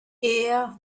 air